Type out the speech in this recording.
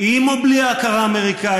עם או בלי הכרה אמריקנית,